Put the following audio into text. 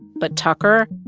but tucker,